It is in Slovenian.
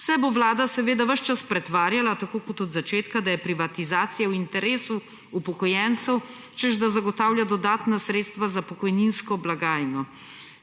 se bo Vlada seveda ves čas pretvarjala, tako kot od začetka, da je privatizacija v interesu upokojencev, češ da zagotavlja dodatna sredstva za pokojninsko blagajno.